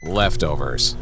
leftovers